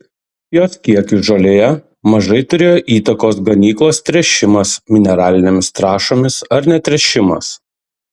jos kiekiui žolėje mažai turėjo įtakos ganyklos tręšimas mineralinėmis trąšomis ar netręšimas